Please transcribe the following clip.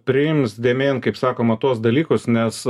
priims dėmėn kaip sakoma tuos dalykus nes